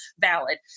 valid